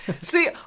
See